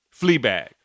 Fleabag